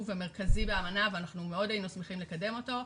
ומרכזי באמנה ומאוד היינו שמחים לקדם אותו,